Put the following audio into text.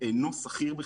אינו סחיר בכלל.